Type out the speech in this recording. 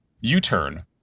U-Turn